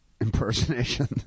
impersonation